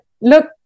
look